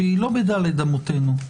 שהיא לא בד' אמותינו,